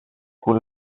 full